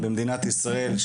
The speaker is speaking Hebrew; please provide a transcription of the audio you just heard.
במדינת ישראל,